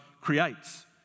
creates